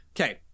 okay